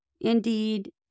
Indeed